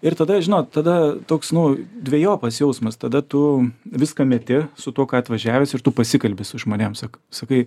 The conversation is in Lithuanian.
ir tada žinot tada toks nu dvejopas jausmas tada tu viską meti su tuo ką atvažiavęs ir tu pasikalbi su žmonėm sak sakai